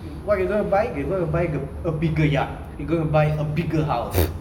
what they gonna buy the a bigger yatch they gonna buy a bigger house